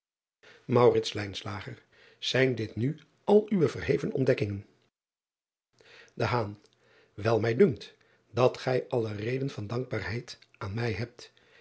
ijn dit nu al uwe verheven ontdekkingen el mij dunkt dat gij alle reden van dankbaarheid aan mij hebt